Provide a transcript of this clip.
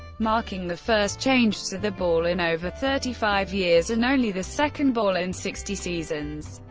marking the first change to the ball in over thirty five years and only the second ball in sixty seasons.